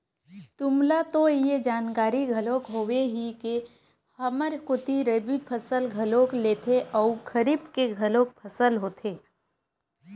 तुमला तो ये जानकारी घलोक हावे ही के हमर कोती रबि फसल घलोक लेथे अउ खरीफ के घलोक फसल होथे